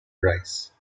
rice